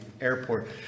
Airport